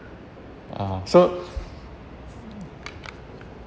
uh so